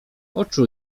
oczu